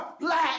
black